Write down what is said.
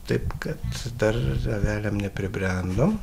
taip kad dar ir avelėm nepribrendom